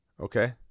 Okay